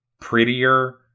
prettier